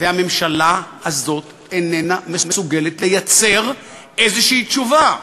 והממשלה הזאת איננה מסוגלת לייצר תשובה כלשהי.